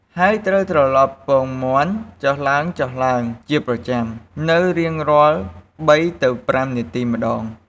ហើយត្រូវត្រឡប់ពងមាន់ចុះឡើងៗជាប្រចាំ នូវរៀងរាល់ ៣ទៅ៥ នាទីម្តង។